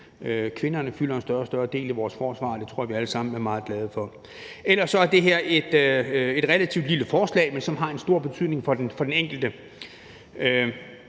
Kvinderne fylder en større og større del i vores forsvar, og det tror jeg vi alle sammen er meget glade for. Ellers er det her et relativt lille forslag, men som har en stor betydning for den enkelte.